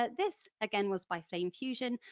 this again was by flame fusion,